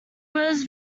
was